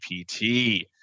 GPT